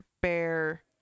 bear